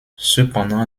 cependant